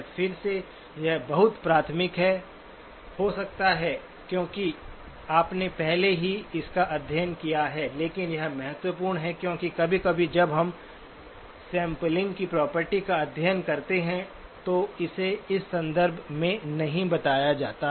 फिर से यह बहुत प्राथमिक हो सकता है क्योंकि आपने पहले ही इसका अध्ययन किया है लेकिन यह महत्वपूर्ण है क्योंकि कभी कभी जब आप सैंपलिंग की प्रॉपर्टी का अध्ययन करते हैं तो इसे इस संदर्भ में नहीं बताया जाता है